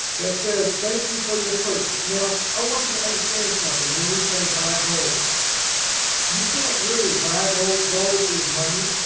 that says thank you for your purchase. now i want you to understand something when we say buy gold you can't really buy gold gold is money.